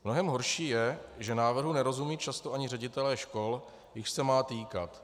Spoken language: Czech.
Mnohem horší je, že návrhu nerozumí často ani ředitelé škol, jichž se má týkat.